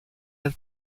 del